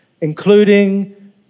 including